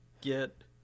get